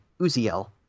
Uziel